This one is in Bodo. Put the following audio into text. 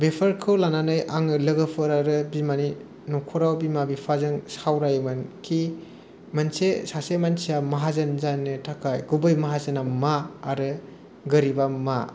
बेफोरखौ लानानै आङो लोगोफोर आरो बिमानि नख'राव बिमा बिफाजों सावरायोमोन कि मोनसे सासे मानसिया माहाजोन जानो थाखाय बै माहाजोना मा आरो गोरिबा मा